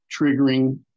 triggering